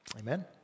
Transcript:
Amen